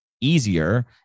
easier